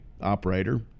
operator